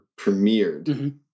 premiered